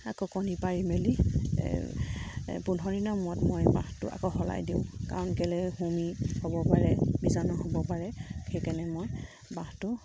আকৌ কণী পাৰি মেলি এই পোন্ধৰ দিনৰ মূৰত মই বাঁহটো আকৌ সলাই দিওঁ কাৰণ কেলৈ হুমি হ'ব পাৰে বীজাণু হ'ব পাৰে সেইকাৰণে মই বাঁহটো